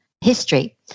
history